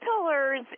pillars